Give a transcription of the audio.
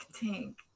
Tank